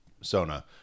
Sona